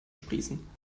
sprießen